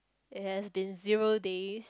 it has been zero days